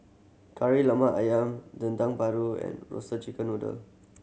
Kari Lemak Ayam Dendeng Paru and Roasted Chicken Noodle